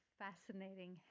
fascinating